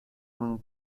moor